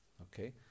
Okay